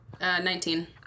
Nineteen